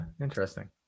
interesting